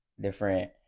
different